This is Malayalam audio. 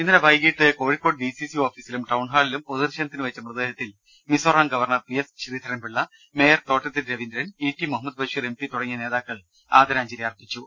ഇന്നലെ വൈകീട്ട് കോഴിക്കോട് ഡി സി സി ഓഫീസിലും ടൌൺഹാളിലും പൊതുദർശനത്തിന് വെച്ച മൃതദേഹത്തിൽ Mizoram governor P S Sreedharan Pillai mayor Thottathil Raveendran E T Muhammad Basheer M P തുടങ്ങിയവർ ആദരാഞ്ജലി അർപ്പിച്ചു